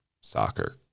soccer